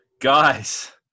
guys